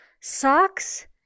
socks